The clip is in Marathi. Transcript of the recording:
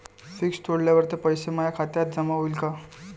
फिक्स तोडल्यावर ते पैसे माया खात्यात जमा होईनं का?